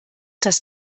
das